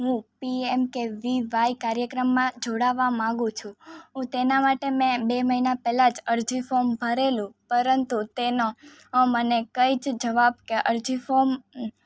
હું પીએમકેવીવાય કાર્યક્રમમાં જોડાવવા માગું છું હું તેના માટે મેં બે મહિના પહેલાં જ અરજી ફોમ ભરેલું પરંતુ તેનો મને કંઈ જ જવાબ કે અરજી ફોમ